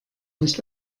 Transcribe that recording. nicht